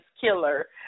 killer